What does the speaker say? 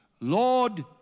Lord